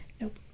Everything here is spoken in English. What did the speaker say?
Nope